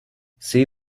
say